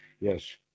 Yes